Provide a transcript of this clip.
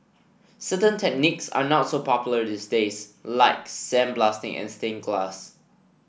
certain techniques are not so popular these days like sandblasting and stained glass